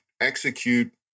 execute